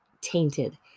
tainted